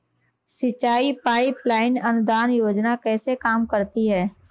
सिंचाई pipeline अनुदान योजना कैसे काम करती है?